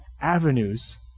avenues